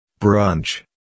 Brunch